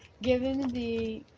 given the